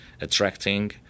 attracting